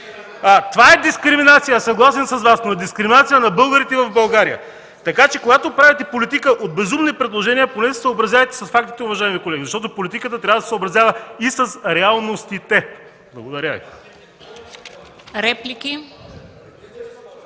Това е дискриминация – съгласен съм с Вас! Но е дискриминация на българите в България! Така че когато правите политика от безумни предложения, поне се съобразявайте с фактите, уважаеми колеги, защото политиката трябва да се съобразява и с реалностите! Благодаря Ви.